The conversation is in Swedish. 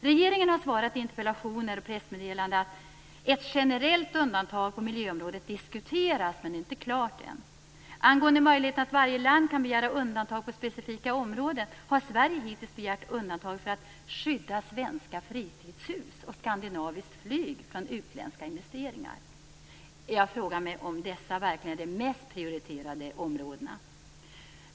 Regeringen har svarat i interpellationssvar och pressmeddelanden att ett generellt undantag på miljöområdet diskuteras, men det är inte klart ännu. Angående möjligheten att varje land kan begära undantag på specifika områden har Sverige hittills begärt undantag för att skydda svenska fritidshus och skandinaviskt flyg från utländska investeringar. Jag frågar mig om dessa verkligen är de mest prioriterade områdena.